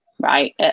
Right